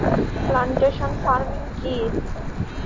Plantation farming কি?